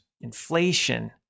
inflation